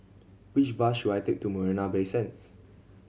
which bus should I take to Marina Bay Sands